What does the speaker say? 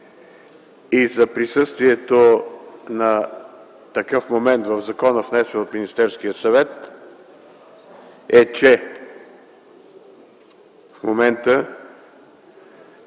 и за присъствието на такъв момент в закона, внесен от Министерския съвет, е, че в момента